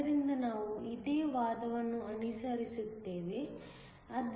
ಆದ್ದರಿಂದ ನಾವು ಇದೇ ವಾದವನ್ನು ಅನುಸರಿಸುತ್ತೇವೆ